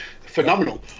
Phenomenal